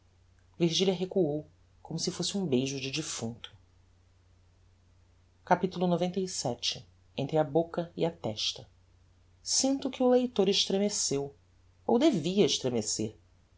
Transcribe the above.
recuou como se fosse um beijo de defuncto capitulo xcvii entre a boca e a testa sinto que o leitor estremeceu ou devia estremecer